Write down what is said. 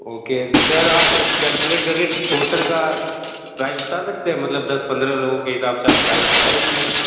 okay sir आप calculate करके total का प्राइज बता सकते हैं मतलब दस पंद्रह लोगों के हिसाब से आप प्राइज बता दीजिए